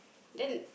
then